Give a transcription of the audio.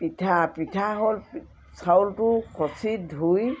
পিঠা পিঠা হ'ল চাউলটো খচি ধুই